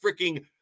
freaking